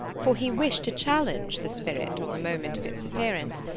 for he wished to challenge the spirit on the moment of its appearance,